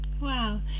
wow